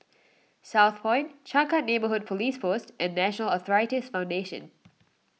Southpoint Changkat Neighbourhood Police Post and National Arthritis Foundation